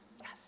Yes